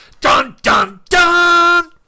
dun-dun-dun